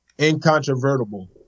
incontrovertible